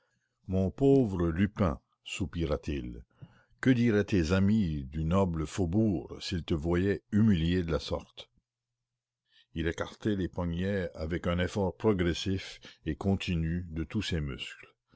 mon pauvre lupin soupira-t-il que diraient tes amis du noble faubourg s'ils te voyaient humilié de la sorte il écarta les poignets avec un effort progressif et continu de tous ses muscles